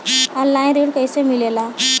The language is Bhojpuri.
ऑनलाइन ऋण कैसे मिले ला?